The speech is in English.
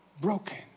broken